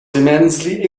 immensely